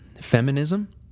feminism